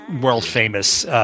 world-famous